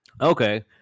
Okay